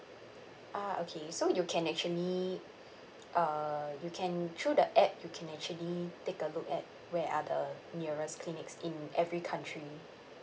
ah okay so you can actually uh you can through the app you can actually take a look at where are the nearest clinics in every country